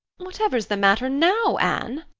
whatever's the matter now, anne?